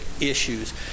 issues